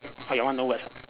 orh your one no words ah